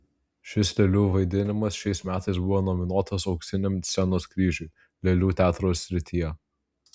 šis lėlių vaidinimas šiais metais buvo nominuotas auksiniam scenos kryžiui lėlių teatro srityje